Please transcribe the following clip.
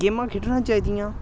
गेमां खेढना चाहि दियां